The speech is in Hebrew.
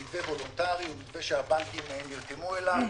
זה מתווה וולונטרי, הוא מתווה שהבנקים נרתמו אליו.